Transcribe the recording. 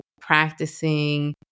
practicing